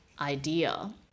idea